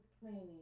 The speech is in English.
cleaning